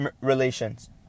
relations